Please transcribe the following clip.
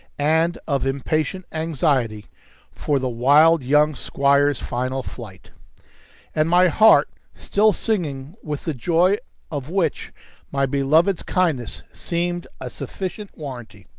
and of impatient anxiety for the wild young squire's final flight and my heart still singing with the joy of which my beloved's kindness seemed a sufficient warranty.